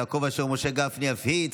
טיפול באמצעות אומנויות),